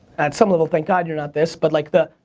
at some level, thank god you're not this but like the,